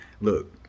look